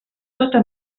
tota